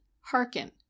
Hearken